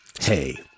hey